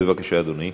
בבקשה, אדוני.